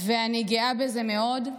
ואני גאה בזה מאוד,